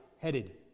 headed